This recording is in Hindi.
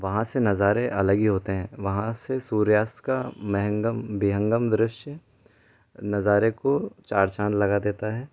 वहाँ से नज़ारे अलग ही होते हैं वहाँ से सूर्यास्त का महंगम विहंगम दृश्य नज़ारे को चार चाँद लगा देता है